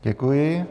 Děkuji.